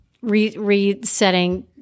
resetting